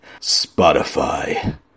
Spotify